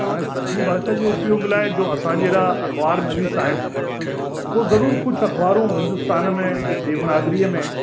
त सिंधी भाषा जो उपयोग लाइ जो असांजे जहिड़ा अख़बार नवीस आहिनि उहा ज़रूरु कुझु अख़बारूं हिन्दुस्तान में देवनागरीअ में